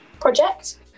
project